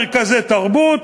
מרכזי תרבות,